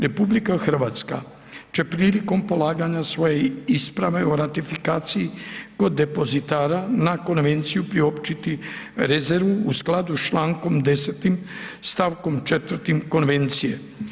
RH će prilikom polaganja svoje isprave o ratifikaciji kod depozitara na konvenciju priopćiti rezervu u skladu s člankom 10. stavkom 4. konvencije.